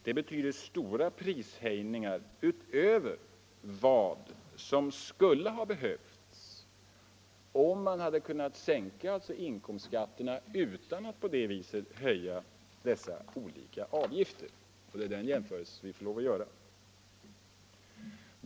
Det betyder stora prishöjningar utöver vad som skulle ha behövts om man hade kunnat sänka inkomstskatterna utan att höja dessa olika avgifter. Det är den jämförelse vi får lov att göra.